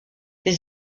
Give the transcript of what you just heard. les